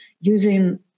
using